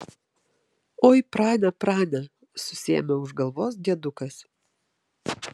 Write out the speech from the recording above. oi prane prane susiėmė už galvos diedukas